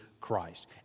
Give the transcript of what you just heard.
Christ